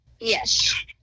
Yes